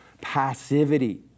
passivity